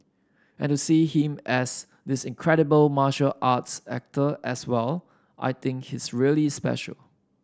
and to see him as this incredible martial arts actor as well I think he's really special